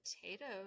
potatoes